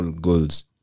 goals